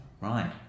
right